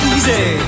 Easy